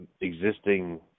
existing